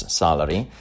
salary